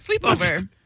Sleepover